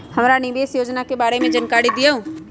हमरा निवेस योजना के बारे में जानकारी दीउ?